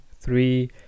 three